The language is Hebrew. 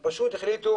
הם פשוט החליטו